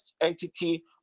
entity